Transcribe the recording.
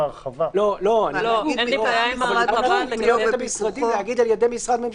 במקום למנות את המשרדים למה לא להגיד "על ידי משרד ממשלתי"?